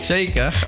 Zeker